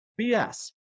BS